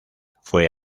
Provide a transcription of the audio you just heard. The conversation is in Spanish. fue